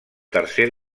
tercer